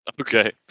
Okay